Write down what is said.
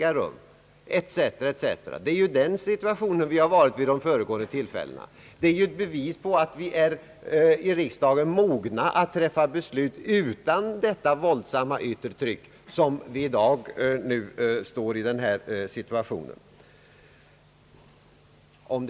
Att så nu inte är fallet är ett bevis på att riksdagen är mogen att fatta beslut utan detta våldsamma yttre tryck.